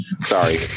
Sorry